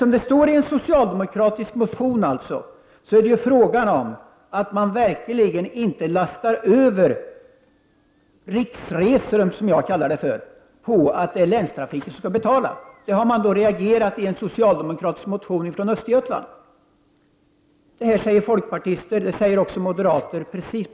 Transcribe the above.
Men enligt en socialdemokratisk motion är det fråga om att man verkligen inte skall lasta över kostnaderna för riksresor, som jag kallar det, på länstrafiken. Detta har alltså socialdemokratiska ledamöter från Östergötland tagit upp i en motion. Samma sak säger folkpartister och moderater.